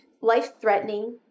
life-threatening